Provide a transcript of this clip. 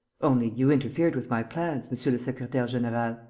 only, you interfered with my plans, monsieur le secretaire-general.